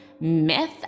myth